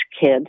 Kid